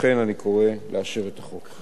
לכן אני קורא לאשר את החוק.